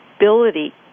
ability